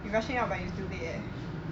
you rushing out but you still late leh